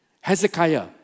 Hezekiah